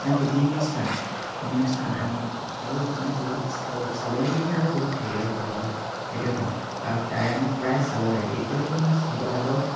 আৰু বিভিন্ন স্থান বিভিন্ন স্থান আমি আৰু মানে বহুত স্থাব চাবলগীয়া মানে আৰু বহুত থাকিলে শিৱসাগৰ সেইটোৱে ক'ম আৰু তাৰে আমি প্ৰায় চাব নোৱাৰিলো এতিয়ালৈকে মই শিৱসাগৰ